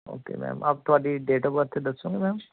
okay ma'am ਆਪ ਤੁਹਾਡੀ date of birth ਦੱਸੋਗੇ ਮੈਮ